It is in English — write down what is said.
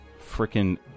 freaking